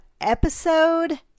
episode